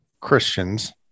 Christians